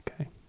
okay